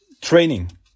training